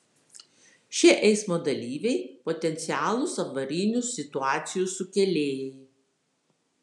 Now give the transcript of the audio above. šie eismo dalyviai potencialūs avarinių situacijų sukėlėjai